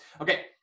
Okay